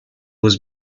was